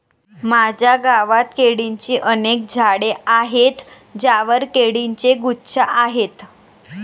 माझ्या गावात केळीची अनेक झाडे आहेत ज्यांवर केळीचे गुच्छ आहेत